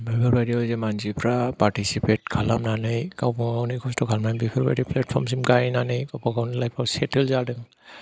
बेफोरबायदियाव जे मानसिफ्रा पार्टिसिपेट खालामनानै गावबा गावनि खस्थ' खालामनानै बेफोरबायदि प्लेटफर्मसिम गाहैनानै गावबा गावनि लाइफआव सेटेल जाहैदों